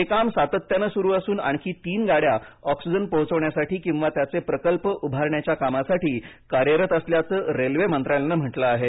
हे काम सातत्याने सुरू असून आणखी तीन गाड्या ऑक्सिजन पोहोचवण्यासाठी किंवा त्याचे प्रकल्प उभारण्याच्या कामासाठी कार्यरत असल्याचं रेल्वे मंत्रालयानं म्हटलं आहे